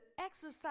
exercise